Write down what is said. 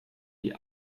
die